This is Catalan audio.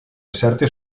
certes